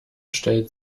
stellt